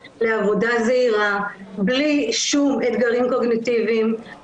לעבודה זעירה בלי שום אתגרים קונטיביים,